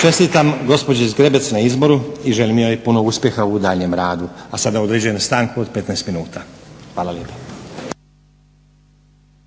Čestitam gospođi Zgrebec na izboru i želim joj puno uspjeha u daljnjem radu. A sada određujem stanku od 15 minuta. Hvala lijepa.